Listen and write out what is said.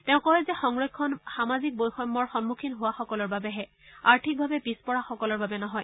তেওঁ কয় যে সংৰক্ষণ সামাজিক বৈষম্যৰ সন্মুখীন হোৱাসকলৰ বাবেহে আৰ্থিকভাৱে পিছপৰাসকলৰ বাবে নহয়